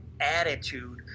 attitude